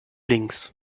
links